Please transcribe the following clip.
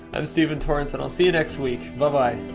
i'm stephen torrence and i'll see you next week. buh bye!